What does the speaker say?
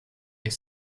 est